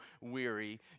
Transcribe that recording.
weary